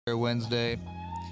Wednesday